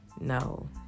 No